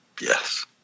Yes